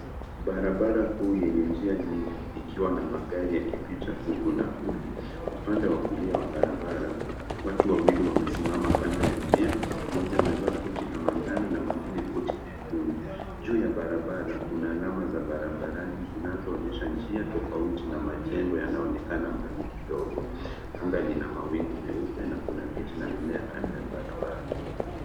Barabara kuu yenye njia nyingi ikiwa na magari yakipita huku na kule. Upande wa kulia wa barabara watu wawili wamesimama kando ya njia, mmoja amevaa koti la manjano na mwingine koti jekundu. Juu ya barabara kuna alama za barabarani zinazoonyesha njia tofauti na majengo yanaonekana mbali kidogo. Anga lina mawingu meupe na kuna miti na mimea kando ya barabara.